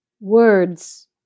words